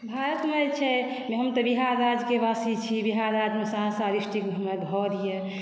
भारतमे छै हम तऽ विहार राज्यक वासी छी बिहार राज्यमे सहरसा डिस्ट्रिक्ट मे हमर घर यऽ